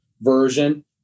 version